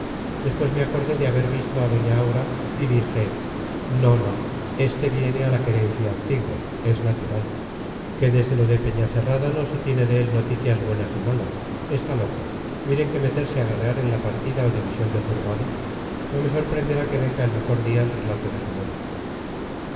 después me acordé de haber visto a doña aura y dije no no este viene a la querencia antigua es natural que desde lo de peñacerrada no se tiene de él noticias buenas ni malas está loco miren que meterse a guerrear en la partida o división de zurbano no me sorprenderá que venga el mejor día el relato de su muerte